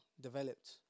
developed